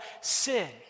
sin